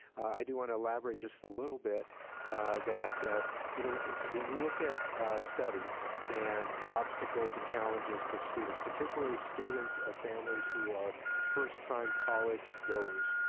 i do want to elaborate just a little bit that you know when you look at studies and obstacles and challenges for students, particularly students of families who are first time college goers,